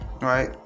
right